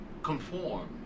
Conform